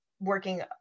working